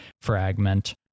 Fragment